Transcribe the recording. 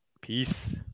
Peace